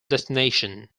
destination